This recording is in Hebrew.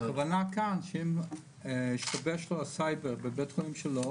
הכוונה כאן שאם השתבש לו הסייבר בבית החולים שלו